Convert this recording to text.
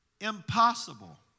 impossible